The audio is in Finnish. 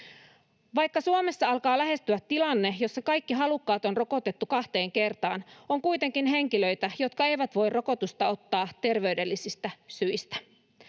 Vaikka Suomessa alkaa lähestyä tilanne, jossa kaikki halukkaat on rokotettu kahteen kertaan, on kuitenkin henkilöitä, jotka eivät voi rokotusta ottaa terveydellisistä syistä.